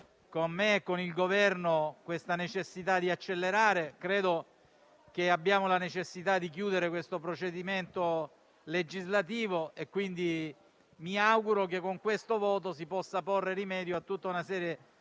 con me e con il Governo la necessità di accelerare. Abbiamo la necessità di chiudere questo procedimento legislativo e mi auguro che con il voto di oggi si possa porre rimedio a tutta una serie di